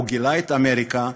או גילה את אמריקה,